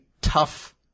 tough